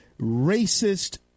racist